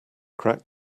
crack